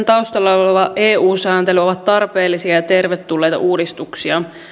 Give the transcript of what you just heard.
taustalla oleva eu sääntely ovat tarpeellisia ja tervetulleita uudistuksia